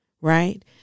Right